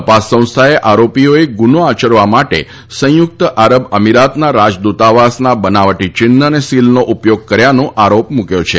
તપાસ સંસ્થાએ આરોપીઓએ ગુનો આચરવા માટે સંયુક્ત આરબ અમિરાતના રાજદ્રતાવાસના બનાવટી ચિન્હ અને સીલનો ઉપયોગ કર્યાનો આરોપ મૂક્યો છે